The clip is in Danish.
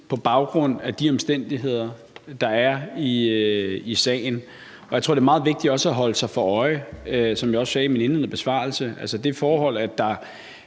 på baggrund af de omstændigheder, der er i sagen, og jeg tror også, det er meget vigtigt at holde sig for øje, som jeg også sagde i min indledende besvarelse, at det forhold, at en